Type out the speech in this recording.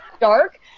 dark